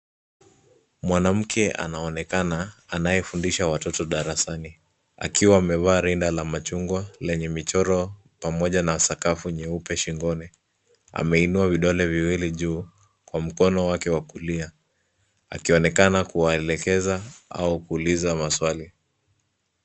Mwanamke anaonekana anayefundisha watoto darasani, akiwa amevaa rinda la machungwa lenye michoro pamoja na sakafu nyeupe shingoni. Ameinua vidole viwili juu kwa mkono wake wa kulia, akionekana kuwaelekeza au kuuliza maswali.